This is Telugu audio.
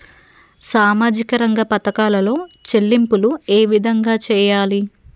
సామాజిక రంగ పథకాలలో చెల్లింపులు ఏ విధంగా చేయాలి?